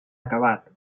acabat